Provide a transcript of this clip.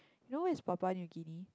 you know where is Papua New Guinea